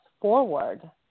forward